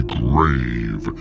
grave